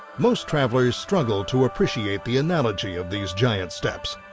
most travelers struggle to appreciate the analogy of these giant steps.